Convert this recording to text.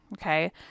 okay